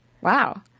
Wow